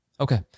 Okay